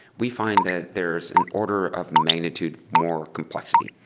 we find that there's an order of magnitude more complexity.